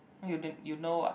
oh you didn't you know what